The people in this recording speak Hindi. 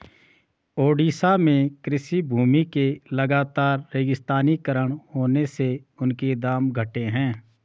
ओडिशा में कृषि भूमि के लगातर रेगिस्तानीकरण होने से उनके दाम घटे हैं